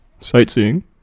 sightseeing